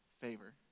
favor